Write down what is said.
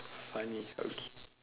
funny okay